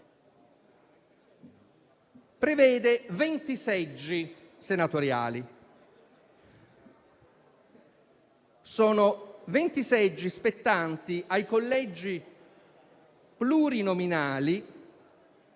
prevede 20 seggi senatoriali, che sono spettanti ai collegi plurinominali